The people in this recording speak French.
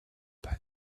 pas